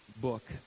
book